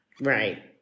Right